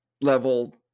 level